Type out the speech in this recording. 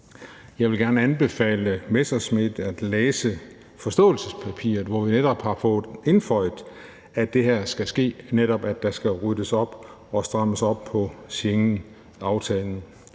jeg gerne vil anbefale Morten Messerschmidt at læse forståelsespapiret, hvor vi netop har fået indføjet, at det her skal ske, altså at der netop skal ryddes op i og strammes op på Schengenaftalen,